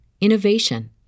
innovation